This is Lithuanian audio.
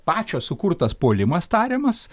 pačio sukurtas puolimas tariamas